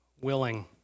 willing